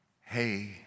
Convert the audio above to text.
Hey